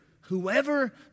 Whoever